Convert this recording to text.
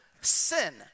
sin